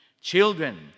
Children